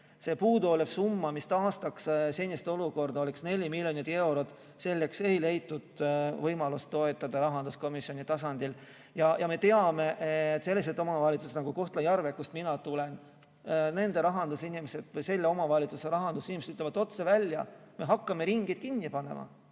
See puuduolev summa, mis taastaks senise olukorra, oleks 4 miljonit eurot. Selleks ei leitud rahanduskomisjoni tasandil võimalust. Sellised omavalitsused nagu Kohtla-Järve, kust mina tulen, nende rahandusinimesed, selle omavalitsuse rahandusinimesed ütlevad otse välja, et nad hakkavad ringe kinni panema,